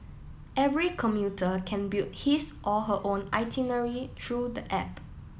every commuter can build his or her own itinerary through the app